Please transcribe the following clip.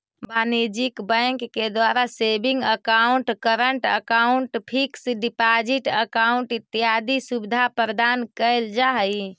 वाणिज्यिक बैंकिंग के द्वारा saving account, current account, fix deposit account इत्यादि सुविधा प्रदान कैल जा हइ